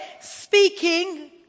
speaking